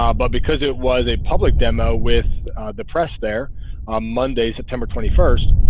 um but because it was a public demo with the press there monday september twenty first.